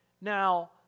Now